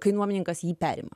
kai nuomininkas jį perima